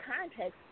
context